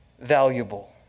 valuable